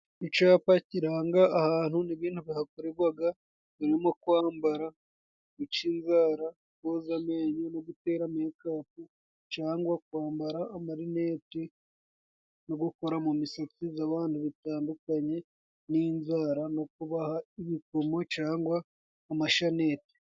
Icapa kirangaga ahantu ni ibintu bihakoregwaga birimo kwambara, guca inzara, koza amenyo no gutera mekapu cyangwa kwambara amarineti no gukora mu misatsi zabantu bitandukanye, n'inzara no kubaha ibikomo cyangwa amasheneti.